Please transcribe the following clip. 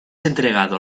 entregado